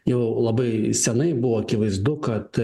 jau labai senai buvo akivaizdu kad